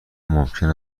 ممکن